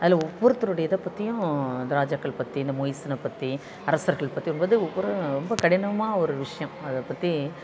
அதில் ஒவ்வொருத்தருடைய இதை பற்றியும் இந்த ராஜாக்கள் பற்றி இந்த மொய்சன பற்றி அரசர்கள் பற்றி வரும் போது ஒவ்வொரு ரொம்ப கடினமாக ஒரு விஷயம் அதை பற்றி